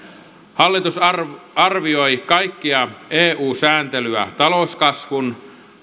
hallitus arvioi arvioi kaikkea eu sääntelyä talouskasvun